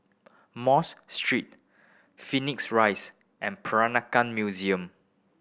Mos Street Phoenix Rise and Peranakan Museum